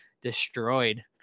destroyed